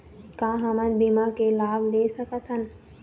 का हमन बीमा के लाभ ले सकथन?